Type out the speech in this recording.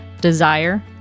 desire